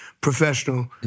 professional